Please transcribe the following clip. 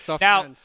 Now